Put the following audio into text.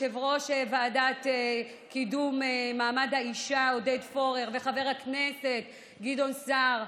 יושב-ראש הוועדה לקידום מעמד האישה עודד פורר וחבר הכנסת גדעון סער,